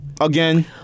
again